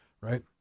right